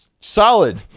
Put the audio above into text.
solid